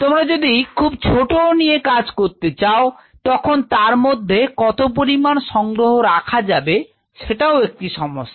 তোমরা যদি খুব ছোট নিয়ে কাজ করতে চাও তখন তার মধ্যে কত পরিমান সংগ্রহ রাখা যাবে সেটাও একটি সমস্যা